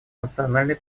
национальной